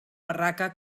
barraca